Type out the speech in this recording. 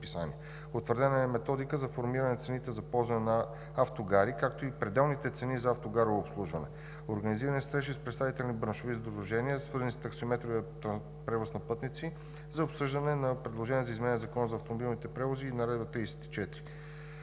Утвърдена е Методика за формиране на цените за ползване на автогари, както и пределните цени за автогарово обслужване. Организирани са срещи с представители на браншови сдружения, свързани с таксиметровия превоз на пътници, за обсъждане на предложения за изменения в Закона за автомобилните превози и Наредба № 34.